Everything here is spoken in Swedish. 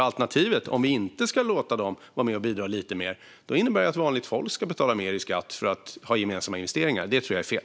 Alternativet, om vi inte ska låta dem vara med och bidra lite mer, blir ju att vanligt folk ska betala mer i skatt för gemensamma investeringar. Det tror jag är fel.